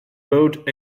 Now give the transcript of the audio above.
boat